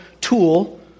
tool